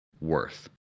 worth